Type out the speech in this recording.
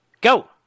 go